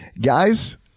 guys